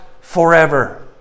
forever